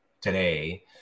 today